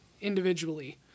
individually